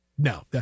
No